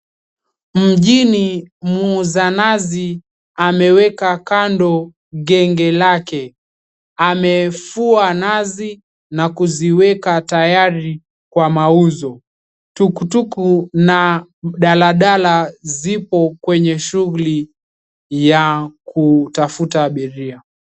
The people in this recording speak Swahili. Mjini, muuza nazi ameweka kando genge lake, amefua nazi na kuziweka tayari kwa mauzo. Tukutuku na mdaladala ziko kwenye shughuli ya kutafuta abiria.